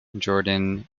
jordan